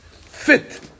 fit